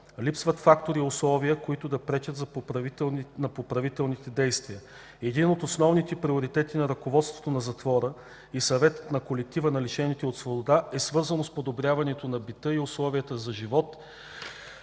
липсват фактори и условия, които да пречат на поправителните действия. Един от основните приоритети на ръководството на затвора и Съветът на колектива на лишените от свобода е свързано с подобряването на бита и условията за живот.